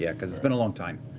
it's been a long time.